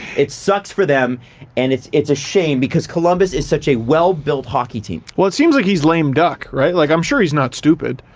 it sucks for them and it's it's a shame because columbus is such a well-built hockey team. well, it seems like he's lame duck. right, like, i'm sure he's not stupid.